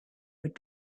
would